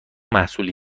محصولی